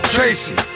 Tracy